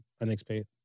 unexpected